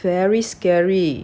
very scary